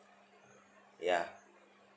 ya